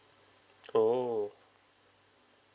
oh